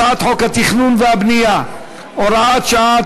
הצעת חוק התכנון והבנייה (הוראת שעה),